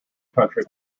country